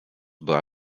była